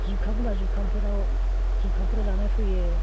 जुखाम बा जुखामफोराव जुखामफोराव जानो फैयो